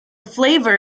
flavor